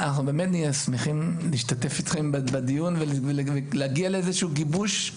אנחנו נהיה באמת שמחים להשתתף אתכם בדיון ולהגיע לאיזשהו גיבוש.